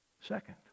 Second